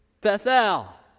Bethel